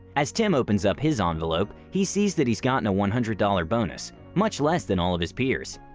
as tim opens up his ah envelope, he sees that he's gotten a one hundred dollars bonus, much less than all of his peers.